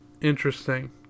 Interesting